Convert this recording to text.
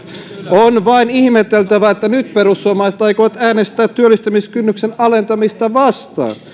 on vain ihmeteltävä että nyt perussuomalaiset aikovat äänestää työllistämiskynnyksen alentamista vastaan